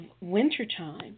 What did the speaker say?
wintertime